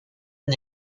une